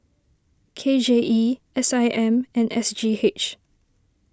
K J E S I M and S G H